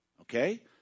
okay